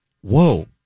whoa